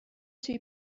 two